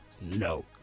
No